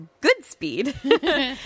Goodspeed